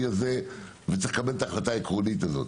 הזה ולקבל את ההחלטה העקרונית הזאת.